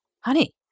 honey